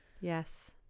Yes